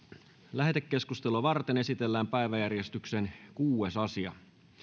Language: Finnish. lähetekeskustelua varten esitellään päiväjärjestyksen kuudes asia